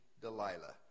Delilah